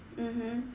mmhmm